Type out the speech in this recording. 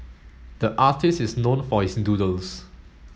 the artist is known for his doodles